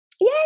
Yay